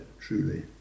truly